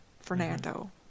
Fernando